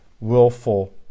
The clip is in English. willful